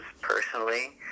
personally